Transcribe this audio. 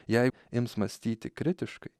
jei ims mąstyti kritiškai